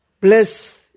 bless